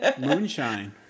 Moonshine